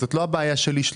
זו לא הבעיה שלי.